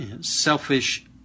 selfish